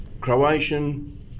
Croatian